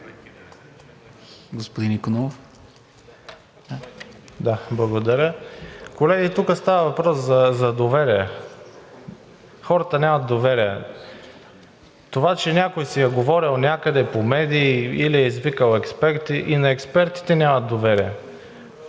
ТАСЛАКОВ (ВЪЗРАЖДАНЕ): Благодаря. Колеги, тук става въпрос за доверие. Хората нямат доверие. Това, че някой си е говорил някъде по медии или е извикал експерти – и на експертите нямат доверие.